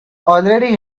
already